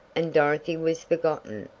and dorothy was forgotten.